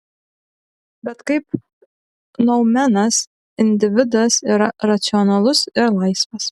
bet kaip noumenas individas yra racionalus ir laisvas